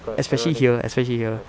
especially here especially here